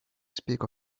speak